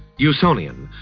usonian,